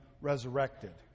resurrected